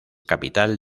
capital